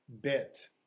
bit